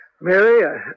Mary